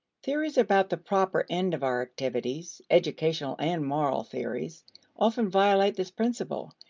theories about the proper end of our activities educational and moral theories often violate this principle.